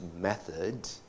method